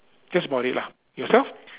that's about it lah yourself